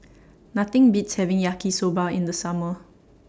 Nothing Beats having Yaki Soba in The Summer